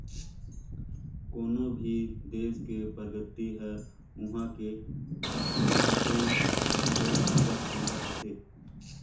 कोनो भी देस के परगति हर उहां के टटेन सेरा उपर निरभर होथे